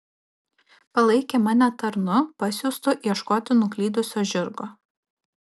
palaikė mane tarnu pasiųstu ieškoti nuklydusio žirgo